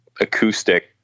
acoustic